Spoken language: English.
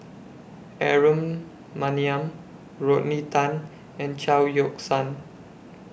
Aaron Maniam Rodney Tan and Chao Yoke San